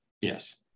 Yes